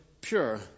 pure